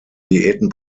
diäten